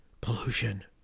pollution